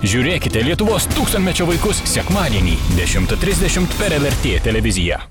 žiūrėkite lietuvos tūkstantmečio vaikus sekmadienį dešimtą trisdešimt per el er tė televiziją